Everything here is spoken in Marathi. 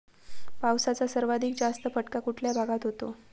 पावसाचा सर्वाधिक जास्त फटका कुठल्या भागात होतो?